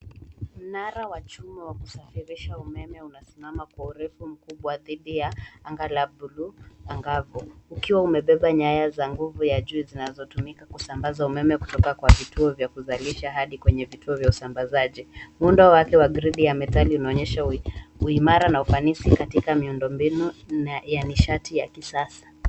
Mnara wa chuma wa kusafirisha umeme unasimama kwa urefu mkubwa dhidi ya angaa la bluu angavu ukiwa umebeba nyanya za nguvu ya juu zizazotumika kusambaza umeme kutoka kwa kituo vya kuzalisha hadi kwenye vituo vya usambazaji. Muundo wake wa grid ya metali unaonyesha uimara na ufanisi katika miundobinu na ya nishati ya kisasa.